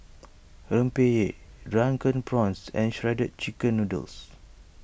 Rempeyek Drunken Prawns and Shredded Chicken Noodles